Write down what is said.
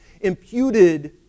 imputed